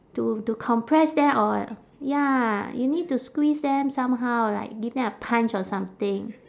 to to compress them or ya you need to squeeze them somehow like give them a punch or something